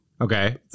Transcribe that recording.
Okay